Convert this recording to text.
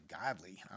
godly